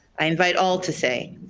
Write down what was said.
i invite all to say,